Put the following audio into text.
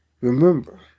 Remember